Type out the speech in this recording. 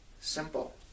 Simple